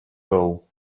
goal